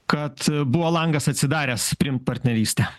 kad buvo langas atsidaręs priimt partnerystę